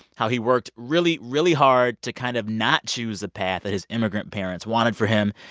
how he worked really, really hard to kind of not choose the path that his immigrant parents wanted for him.